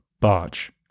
Barge